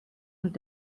und